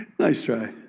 nice try.